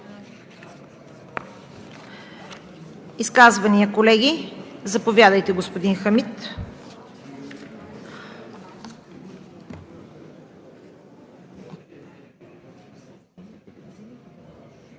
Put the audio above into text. Изказвания, колеги? Заповядайте, господин Хамид.